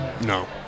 no